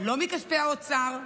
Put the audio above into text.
לא מכספי האוצר,